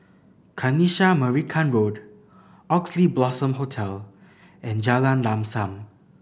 Kanisha Marican Road Oxley Blossom Hotel and Jalan Lam Sam